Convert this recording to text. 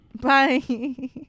Bye